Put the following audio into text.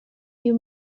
you